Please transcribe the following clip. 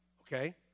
okay